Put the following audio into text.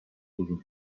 uzun